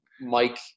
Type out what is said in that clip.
Mike